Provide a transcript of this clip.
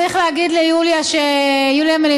צריך להגיד ליוליה מלינובסקי,